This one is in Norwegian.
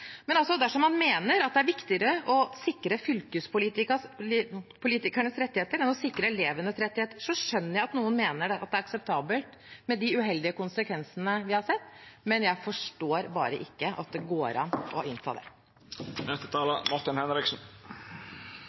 Men dersom man mener at det er viktigere å sikre fylkespolitikernes rettigheter enn å sikre elevenes rettigheter, skjønner jeg at noen mener at det er akseptabelt med de uheldige konsekvensene vi har sett, men jeg forstår bare ikke at det går an å